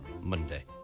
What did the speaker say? Monday